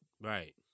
Right